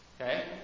okay